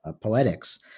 poetics